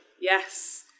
Yes